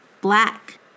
black